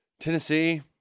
Tennessee